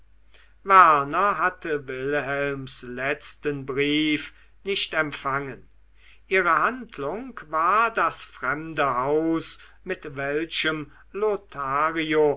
werner hatte wilhelms letzten brief nicht empfangen ihre handlung war das fremde haus mit welchem lothario